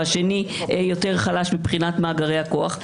והשני יותר חלש מבחינת מאגרי הכוח,